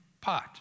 pot